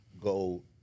go